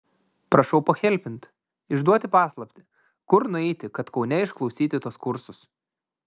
prašau pahelpinti išduoti paslaptį kur nueiti kad kaune išklausyti tuos kursus